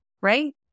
Right